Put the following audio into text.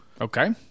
Okay